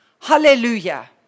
Hallelujah